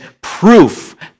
proof